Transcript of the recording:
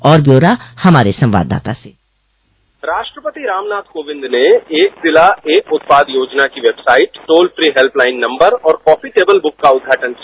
और ब्यौरा हमारे संवादाता से राष्ट्रापति रामनाथ कोविंद ने एक जिला एक उत्पाहद योजना की website toll free helpline number और कॉफी टेबल बुक का उद्घाटन किया